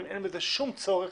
לפעמים אין בזה שום צורך,